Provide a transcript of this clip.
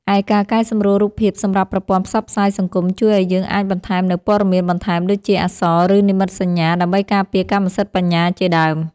ឯការកែសម្រួលរូបភាពសម្រាប់ប្រព័ន្ធផ្សព្វផ្សាយសង្គមជួយឱ្យយើងអាចបន្ថែមនូវព័ត៌មានបន្ថែមដូចជា អក្សរ ឬ និមិត្តសញ្ញា ដើម្បីការពារកម្មសិទ្ធិបញ្ញាជាដើម។